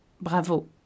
Bravo